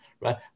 right